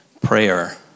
prayer